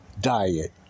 diet